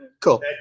Cool